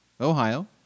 Ohio